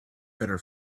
better